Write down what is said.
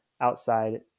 outside